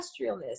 industrialness